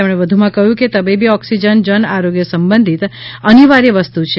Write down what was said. શ્રી ભલ્લાએ કહયું કે તબીબી ઓકસીજન જન આરોગ્ય સંબંધિત અનિવાર્ય વસ્તુ છે